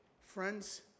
friends